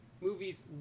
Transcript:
movies